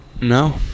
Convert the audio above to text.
No